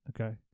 Okay